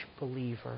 believer